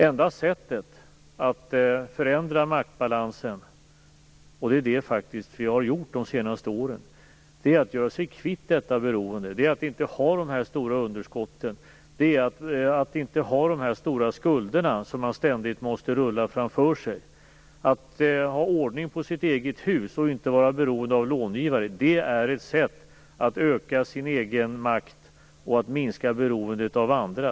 Enda sättet att förändra maktbalansen - och det har vi faktiskt gjort under de senaste åren - är att göra sig kvitt detta beroende, att inte ha stora underskott, att inte ha dessa stora skulder som man ständigt måste rulla framför sig samt att ha ordning i sitt eget hus och inte vara beroende av långivare. Det är ett sätt att öka sin egen makt och att minska beroendet av andra.